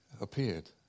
appeared